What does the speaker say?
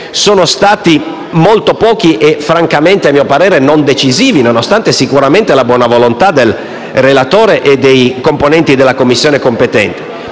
sono stati molto pochi e francamente - a mio parere - non decisivi, nonostante la buona volontà del relatore e dei componenti della Commissione competente.